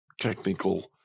technical